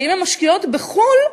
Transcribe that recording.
שאם הן משקיעות בחו"ל,